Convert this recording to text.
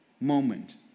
moment